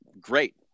great